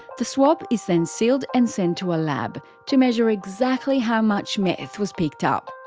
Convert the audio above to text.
the swab is then sealed and sent to a lab, to measure exactly how much meth was picked up.